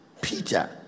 Peter